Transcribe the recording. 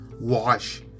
Wash